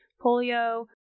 Polio